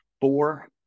four